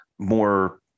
more